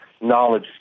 knowledge